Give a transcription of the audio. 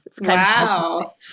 wow